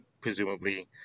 presumably